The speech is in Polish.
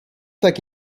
tak